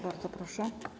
Bardzo proszę.